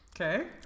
Okay